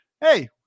Hey